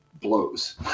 blows